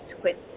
quit